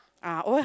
ah oh yeah